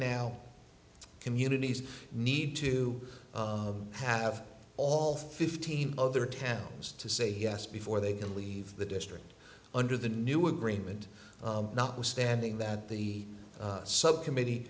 now communities need to have all fifteen other towns to say yes before they leave the district under the new agreement notwithstanding that the subcommittee